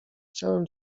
chciałem